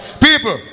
People